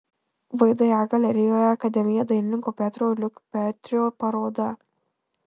vda galerijoje akademija dailininko petro liukpetrio paroda